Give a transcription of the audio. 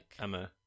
Emma